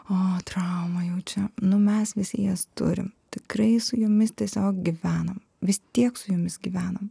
o trauma jau čia nu mes visi jas turim tikrai su jomis tiesiog gyvenam vis tiek su jomis gyvenam